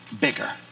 bigger